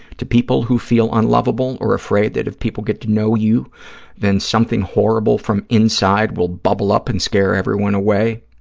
to people who feel unlovable or afraid that if people get to know you then something horrible from inside will bubble up and scare everyone away,